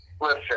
listen